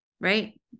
right